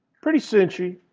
pretty cinchy.